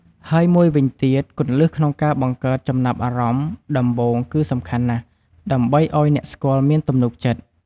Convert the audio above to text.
ហើយមួយវិញទៀតគន្លឹះក្នុងការបង្កើតចំណាប់អារម្មណ៍ដំបូងគឺសំខាន់ណាស់ដើម្បីឲ្យអ្នកស្ដាប់មានទំនុកចិត្ត។